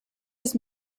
his